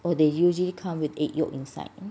oh they usually come with egg yolk inside